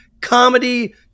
comedy